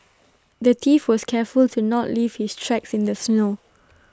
the thief was careful to not leave his tracks in the snow